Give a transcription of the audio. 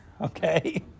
okay